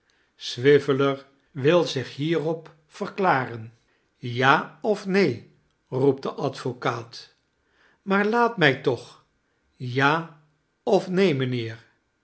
swiveller wil zich hierop verklaren ja of neen roept de advocaat maar laat mij toch ja of neen mijnheer